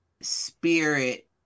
spirit